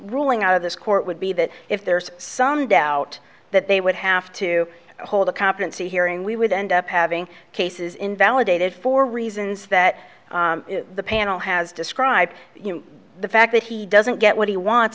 ruling out of this court would be that if there's some doubt that they would have to hold a competency hearing we would end up having cases invalidated for reasons that the panel has described you know the fact that he doesn't get what he wants